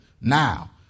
Now